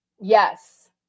yes